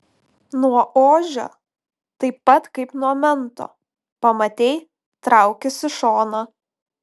nuo ožio taip pat kaip nuo mento pamatei traukis į šoną